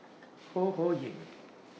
Ho Ho Ying